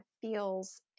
feels